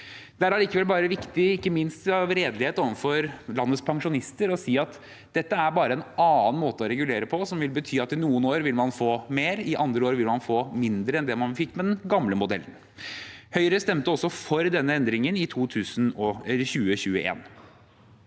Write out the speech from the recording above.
Det er allikevel viktig å si, ikke minst av redelighet overfor landets pensjonister, at dette er bare en annen måte å regulere på som vil bety at i noen år vil man få mer, i andre år vil man få mindre enn det man fikk med den gamle modellen. Høyre stemte for denne endringen i 2021.